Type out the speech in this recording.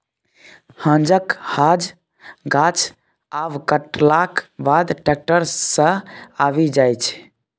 हांजक हांज गाछ आब कटलाक बाद टैक्टर सँ आबि जाइ छै